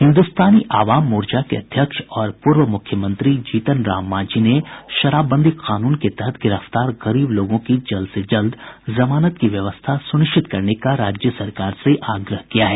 हिन्दुस्तानी आवाम मोर्चा के अध्यक्ष और पूर्व मुख्यमंत्री जीतन राम मांझी ने शराबबंदी कानून के तहत गिरफ्तार गरीब लोगों की जल्द से जल्द जमानत की व्यवस्था सुनिश्चित करने का राज्य सरकार से आग्रह किया है